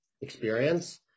experience